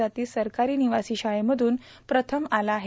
जाती सरकारी निवासी शाळेमधून प्रथम आला आहे